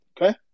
Okay